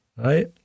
Right